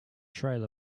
trail